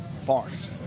farms